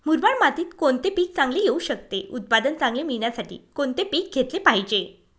मुरमाड मातीत कोणते पीक चांगले येऊ शकते? उत्पादन चांगले मिळण्यासाठी कोणते पीक घेतले पाहिजे?